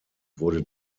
wurde